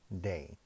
day